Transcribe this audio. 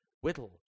whittle